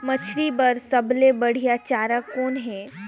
मछरी बर सबले बढ़िया चारा कौन हे?